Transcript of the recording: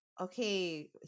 okay